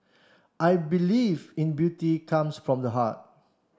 I believe in beauty comes from the heart